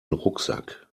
rucksack